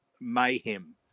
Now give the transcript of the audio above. mayhem